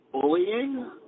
bullying